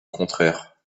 contraire